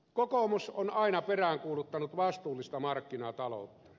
kokoomus on aina peräänkuuluttanut vastuullista markkinataloutta